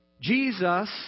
Jesus